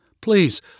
Please